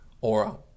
aura